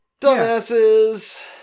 Dumbasses